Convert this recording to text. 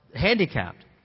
handicapped